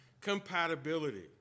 Compatibility